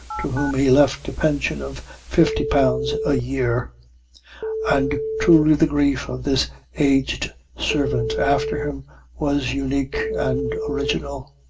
to whom he left a pension of fifty pounds a year and truly the grief of this aged servant after him was unique and original.